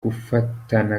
gufatana